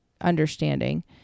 understanding